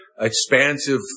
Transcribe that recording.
expansive